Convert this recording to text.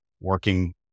working